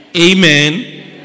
Amen